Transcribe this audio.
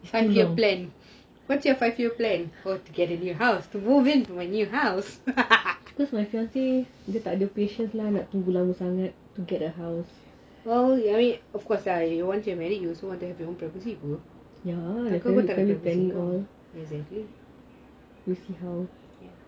five year plan what's your five year plan to get a house for you to move into my new house well I mean of course lah once you are married you also want to have your own property too